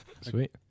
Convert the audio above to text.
Sweet